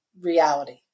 reality